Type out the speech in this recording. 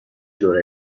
دوره